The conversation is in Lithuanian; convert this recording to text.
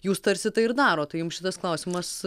jūs tarsi tai ir darot tai jums šitas klausimas